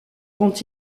quand